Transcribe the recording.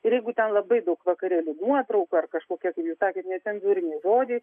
ir jeigu ten labai daug vakarėlių nuotraukų ar kažkokiajūs sakėt necenzūriniai žodžiai